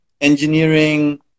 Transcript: engineering